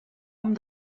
amb